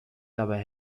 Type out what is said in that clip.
dabei